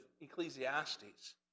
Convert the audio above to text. Ecclesiastes